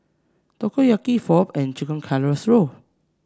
Takoyaki Pho and Chicken Casserole